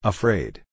Afraid